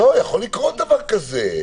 לא, יכול לקרות דבר כזה.